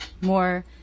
more